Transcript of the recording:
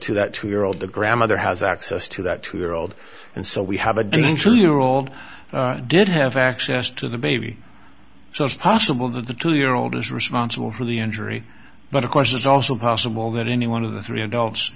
to that two year old the grandmother has access to that two year old and so we have a dental year old did have access to the baby so it's possible that the two year old is responsible for the injury but of course it's also possible that any one of the three adults